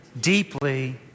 deeply